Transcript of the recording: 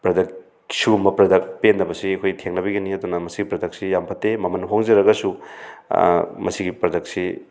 product ꯁꯤꯒꯨꯝꯕ product ꯄꯦꯟꯗꯕꯁꯤ ꯑꯩꯈꯣꯏ ꯊꯦꯡꯅꯕꯤꯒꯅꯤ ꯑꯗꯨꯅ ꯃꯁꯤ ꯄ꯭ꯔꯗꯛꯁꯤ ꯌꯥꯝ ꯐꯠꯇꯦ ꯃꯃꯟ ꯍꯣꯡꯖꯔꯒꯁꯨ ꯃꯁꯤꯒꯤ ꯄ꯭ꯔꯗꯛꯁꯤ